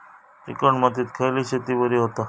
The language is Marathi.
चिकण मातीत खयली शेती बरी होता?